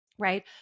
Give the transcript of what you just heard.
right